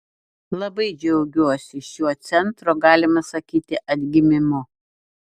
labai džiaugiuosi šiuo centro galima sakyti atgimimu